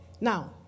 Now